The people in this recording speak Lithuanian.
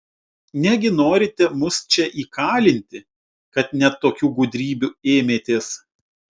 negi norite mus čia įkalinti kad net tokių gudrybių ėmėtės